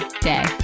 day